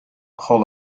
hall